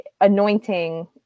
Anointing